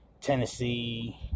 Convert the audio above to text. Tennessee